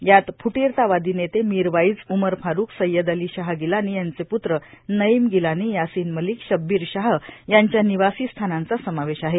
यात फ्रुटीरतावादी नेते मिरवाईज उमर फारूख सय्यद अली शाह गिलानी यांचे पुत्र नयीम गिलानी यासिन मलिक शब्लीर शाह यांच्या निवासी स्थानांचा समावेश आहे